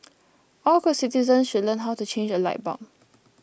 all good citizens should learn how to change a light bulb